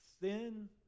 Sin